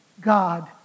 God